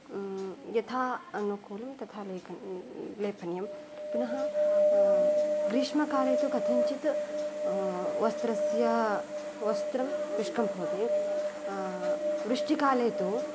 यथा अनुकूलं तथा ले लेपनीयं पुनः ग्रीष्मकाले तु कथञ्चित् वस्त्रस्य वस्त्रं शुष्कं भवति वृष्टिकाले तु